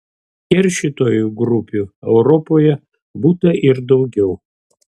keršytojų grupių europoje būta ir daugiau